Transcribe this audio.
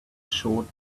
short